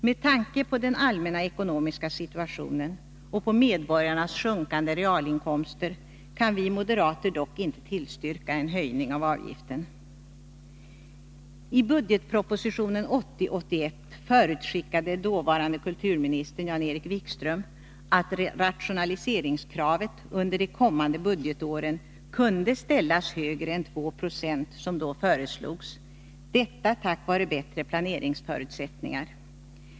Med tanke på den allmänna ekonomiska situationen och på medborgarnas sjunkande realinkomster kan vi moderater dock inte tillstyrka en höjning av mottagaravgiften. I budgetpropositionen 1980/81 förutskickade dåvarande kulturministern Jan-Erik Wikström att rationaliseringskravet under de kommande budgetåren kunde ställas högre än de 2 90 som då föreslogs, detta tack vare bättre planeringsförutsättningar.